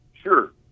Sure